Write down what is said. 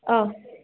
ಓಹ್